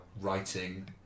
writing